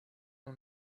who